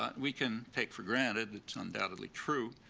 ah we can take for granted, it's undoubtedly true,